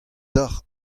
deocʼh